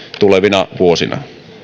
tulevina vuosina